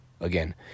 again